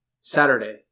Saturday